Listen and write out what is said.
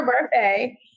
birthday